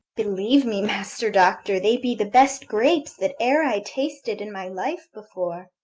believe me, master doctor, they be the best grapes that e'er i tasted in my life before.